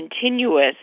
continuous